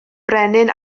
brenin